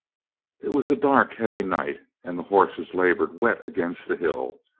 it was a dark, heavy night and the horses labored wet against the hill.